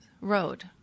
road